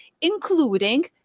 including